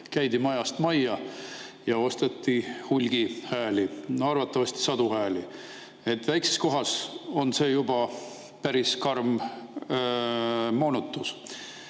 käidi majast majja ja osteti hulgi hääli, arvatavasti sadu hääli. Väikeses kohas on see juba päris karm moonutus.